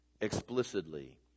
explicitly